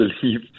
believe